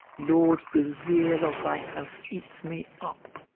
lord, the zeal of thy house eats me up,